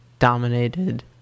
dominated